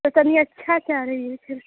तो तनि अच्छा चाह रही है फिर